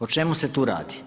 O čemu se tu radi?